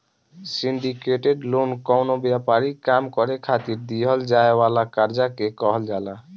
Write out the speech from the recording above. syndicated loan कवनो व्यापारिक काम करे खातिर दीहल जाए वाला कर्जा के कहल जाला